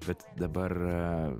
bet dabar